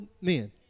men